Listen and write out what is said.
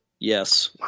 Yes